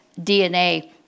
DNA